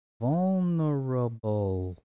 vulnerable